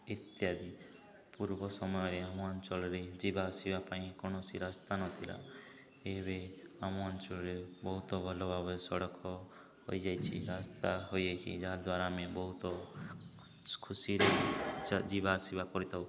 ଇତ୍ୟାଦି ପୂର୍ବ ସମୟରେ ଆମ ଅଞ୍ଚଳରେ ଯିବା ଆସିବା ପାଇଁ କୌଣସି ରାସ୍ତା ନଥିଲା ଏବେ ଆମ ଅଞ୍ଚଳରେ ବହୁତ ଭଲ ଭାବରେ ସଡ଼କ ହୋଇ ଯାଇଛି ରାସ୍ତା ହୋଇ ଯାଇଛିି ଯାହାଦ୍ୱାରା ଆମେ ବହୁତ ଖୁସିରେ ଯିବା ଆସିବା କରିଥାଉ